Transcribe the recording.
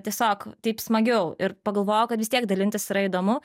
tiesiog taip smagiau ir pagalvojau kad vis tiek dalintis yra įdomu